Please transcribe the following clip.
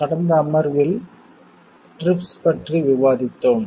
கடந்த அமர்வில் TRIPS பற்றி விவாதித்தோம்